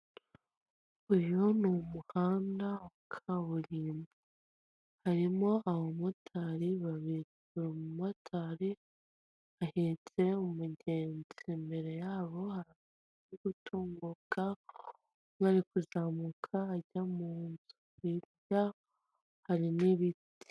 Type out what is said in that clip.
Uyu numuhanda wa kaburimbo harimo abamotari babiri buri mumotari ahetse umugenzi imbere yabo hari umuntu uri gutunguka umwe ari kuzamuka ajya munzu hirya harimo ibiti.